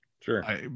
Sure